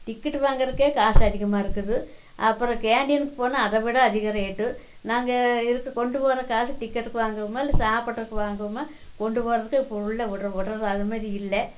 ticket வாங்குறக்கே காசு அதிகமாக இருக்குது அப்புறோம் கேன்டீனுக்கு போனால் அதை விட அதிக ரேட்டு நாங்கள் இருக்குற கொண்டு போகிற காசு டிக்கெட்டுக்கு வாங்குவோமா இல்லை சாப்பாட்டுக்கு வாங்குவோமா கொண்டு போகிறதுக்கே இப்போ உள்ளே விடுறது அதுமாரி இல்லை